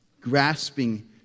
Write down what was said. Grasping